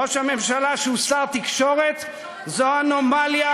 ראש ממשלה שהוא שר התקשורת זו אנומליה,